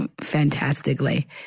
fantastically